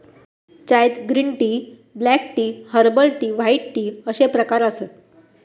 चायत green tea, black tea, herbal tea, white tea अश्ये प्रकार आसत